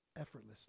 Effortlessly